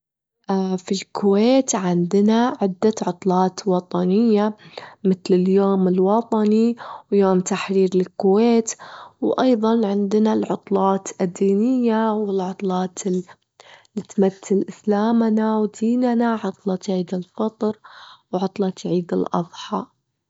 في الكويت عندنا عدة عطلات وطنية، متل اليوم الوطني، ويوم تحرير الكويت، وأيظًا عندنا العطلات الدينية، والعطلات اللي- اللي تمتل إسلامنا وديننا، عطلة عيد الفطر، وعطلة عيد الأضحى.